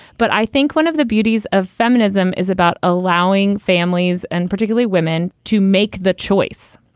but i think one of the beauties of feminism is about allowing families and particularly women to make the choice.